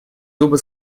зубы